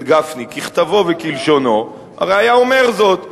גפני ככתבו וכלשונו הרי היה אומר זאת,